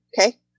okay